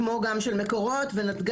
כמו גם של מקורות ונתג״ז,